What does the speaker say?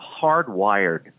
hardwired